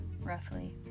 roughly